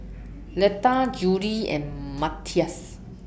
Leda Julie and Matthias